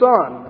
Son